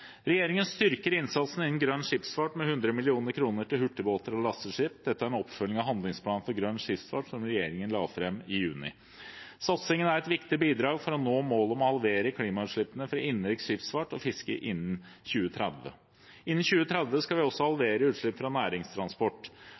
Regjeringen styrker innsatsen innen grønn skipsfart med 100 mill. kr til hurtigbåter og lasteskip. Dette er en oppfølging av handlingsplanen for grønn skipsfart som regjeringen la fram i juni. Satsingen er et viktig bidrag for å nå målet om å halvere klimagassutslippene for innenriks skipsfart og fiske innen 2030. Innen 2030 skal vi også halvere utslipp fra næringstransport,